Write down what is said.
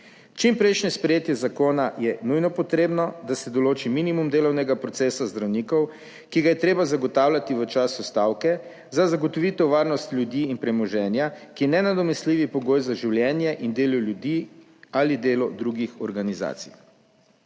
Čimprejšnje sprejetje zakona je nujno potrebno, da se določi minimum delovnega procesa zdravnikov, ki ga je treba zagotavljati v času stavke za zagotovitev varnosti ljudi in premoženja, ki je nenadomestljivi pogoj za življenje in delo ljudi ali delo drugih organizacij.